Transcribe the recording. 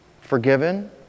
forgiven